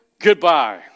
Goodbye